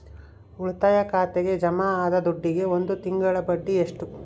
ಉಳಿತಾಯ ಖಾತೆಗೆ ಜಮಾ ಆದ ದುಡ್ಡಿಗೆ ಒಂದು ತಿಂಗಳ ಬಡ್ಡಿ ಎಷ್ಟು?